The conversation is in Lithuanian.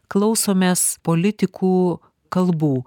klausomės politikų kalbų